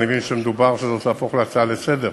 אני מבין שמדובר שההצעה הזאת תהפוך להצעה לסדר-היום.